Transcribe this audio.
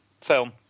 film